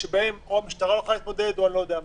שבהם או המשטרה לא יכולה להתמודד או אני לא יודע מה,